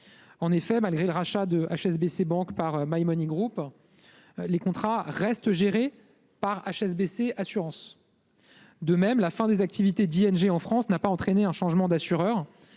En effet, malgré le rachat de HSBC Bank par My Money Group, les contrats restent gérés par HSBC Assurances. De même, la fin des activités d'ING en France n'a pas entraîné un changement d'assureur